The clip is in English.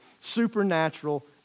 supernatural